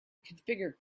configure